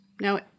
No